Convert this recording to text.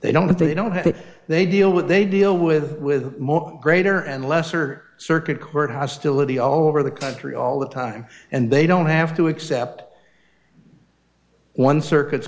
they don't but they don't have it they deal with they deal with with more greater and lesser circuit court hostility all over the country all the time and they don't have to accept one circuits